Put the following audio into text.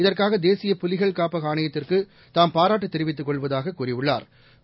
இதற்காகதேசிய புலிகள் காப்பகஆணையத்திற்குதாம் பாராட்டுத் தெரிவித்துக் கொள்வதாகக் கூறியுள்ளாா்